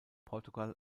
portugal